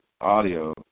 audio